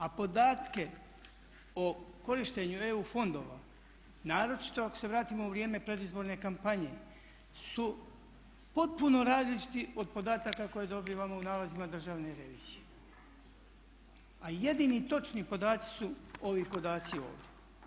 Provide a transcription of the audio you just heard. A podatke o korištenju EU fondova naročito ako se vratimo u vrijeme predizborne kampanje su potpuno različiti od podataka koje dobivamo u nalazima državne revizije a jedini točni podaci su ovi podaci ovdje.